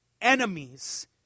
enemies